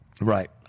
right